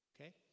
Okay